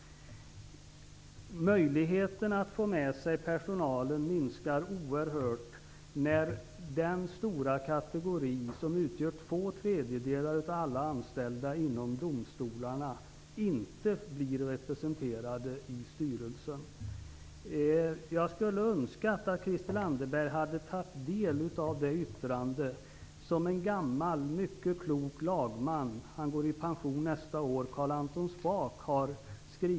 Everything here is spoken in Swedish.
Möjligheterna att få med sig personalen minskar oerhört när den stora kategori som utgör två tredjedelar av alla anställda inom domstolarna inte blir representerad i styrelsen. Jag skulle önska att Christel Anderberg hade tagit del av det yttrande som en gammal, mycket klok lagman, Carl-Anton Spak, har skrivit. Han går i pension nästa år.